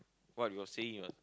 what we was saying ah